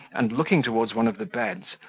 and, looking towards one of the beds,